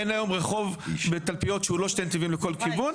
אין היום רחוב בתלפיות שהוא לא שני נתיבים לכל כיוון,